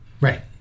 Right